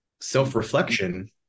self-reflection